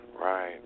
Right